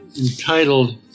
entitled